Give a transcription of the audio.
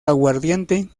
aguardiente